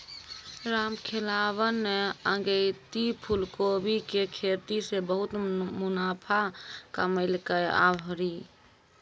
रामखेलावन न अगेती फूलकोबी के खेती सॅ बहुत मुनाफा कमैलकै आभरी